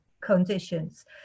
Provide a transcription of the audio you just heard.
conditions